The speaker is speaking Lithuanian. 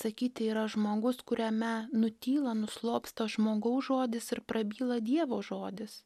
sakyti yra žmogus kuriame nutyla nuslopsta žmogaus žodis ir prabyla dievo žodis